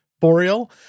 Boreal